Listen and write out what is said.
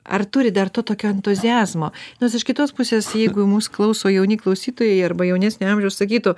ar turi dar to tokio entuziazmo nors iš kitos pusės jeigu jau mūsų klauso jauni klausytojai arba jaunesnio amžiaus sakytų